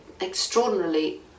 extraordinarily